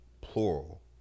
plural